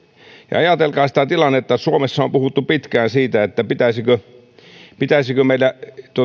ja ajatelkaa tätä tilannetta suomessa on puhuttu pitkään siitä pitäisikö pitäisikö meillä